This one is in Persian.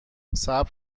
صبر